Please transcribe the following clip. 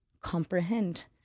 comprehend